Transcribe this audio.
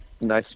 Nice